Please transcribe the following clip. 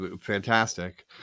fantastic